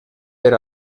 per